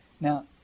Now